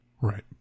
right